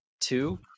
two